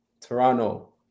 Toronto